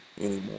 anymore